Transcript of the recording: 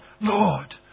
Lord